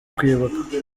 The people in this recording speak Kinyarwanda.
kwibuka